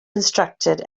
constructed